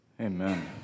Amen